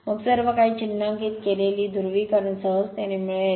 मग सर्व काही चिन्हांकित केलेली ध्रुवीकरण सहजतेने मिळेल